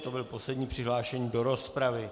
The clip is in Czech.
To byl poslední přihlášený do rozpravy.